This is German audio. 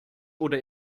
oder